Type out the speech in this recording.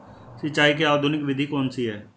सिंचाई की आधुनिक विधि कौन सी है?